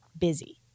busy